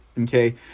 Okay